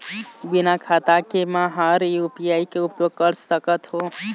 बिना खाता के म हर यू.पी.आई के उपयोग कर सकत हो?